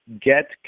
Get